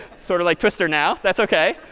sort of like twister now. that's ok.